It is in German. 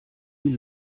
die